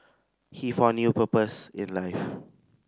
he found new purpose in life